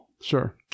Sure